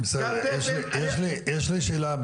יש לי שאלה,